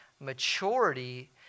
maturity